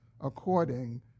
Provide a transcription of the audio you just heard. according